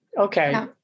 okay